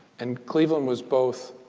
and cleveland was both